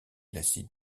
l’acide